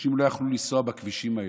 אנשים לא יכלו לנסוע בכבישים האלה,